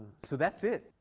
so that's it.